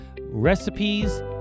recipes